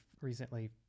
recently